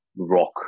rock